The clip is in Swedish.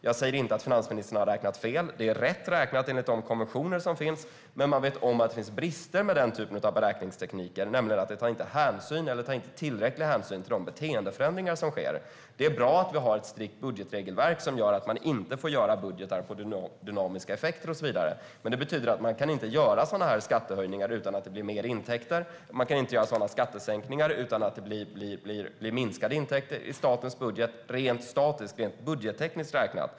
Jag säger inte att finansministern har räknat fel; det är rätt räknat enligt de konventioner som finns, men man vet om att det finns brister med den typen av beräkningstekniker, nämligen att de inte tar tillräcklig hänsyn till de beteendeförändringar som sker. Det är bra att vi har ett strikt budgetregelverk som inte tillåter oss att göra budgetar på dynamiska effekter och så vidare, men det betyder också att man inte kan göra sådana här skattehöjningar utan att det blir mer intäkter. Man kan inte göra sådana skattesänkningar utan att det blir minskade intäkter i statens budget rent statiskt och budgettekniskt räknat.